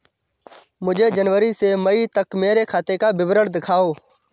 मुझे जनवरी से मई तक मेरे खाते का विवरण दिखाओ?